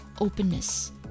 openness